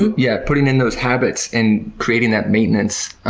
yeah putting in those habits and creating that maintenance,